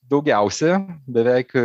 daugiausia beveik